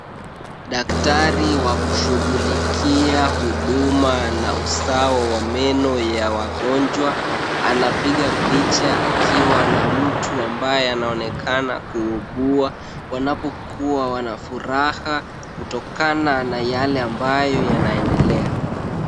Daktari wa kushughulikia huduma na usawa wa meno ya wagonjwa, anapiga picha akiwa na mtu ambaye anaonekana kuugua, wanapokuwa wana furaha kutokana na yale ambayo yanaendelea.